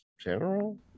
general